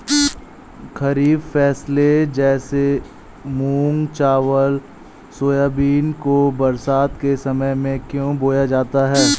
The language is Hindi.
खरीफ फसले जैसे मूंग चावल सोयाबीन को बरसात के समय में क्यो बोया जाता है?